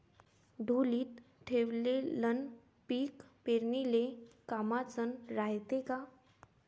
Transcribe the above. ढोलीत ठेवलेलं पीक पेरनीले कामाचं रायते का?